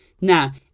Now